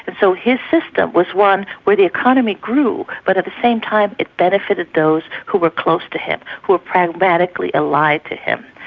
but so his system was one where the economy grew but at the same time it benefited those who were close to him, who were pragmatically allied to him.